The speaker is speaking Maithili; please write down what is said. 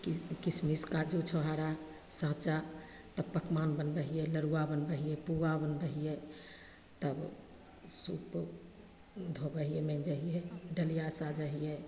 कि किसमिस काजू छोहारा साँचा तब पकमान बनबै हिए लड़ुआ बनबै हिए पुआ बनबै हिए तब सूप धोबै हिए माँजै हिए डलिआ साजै हिए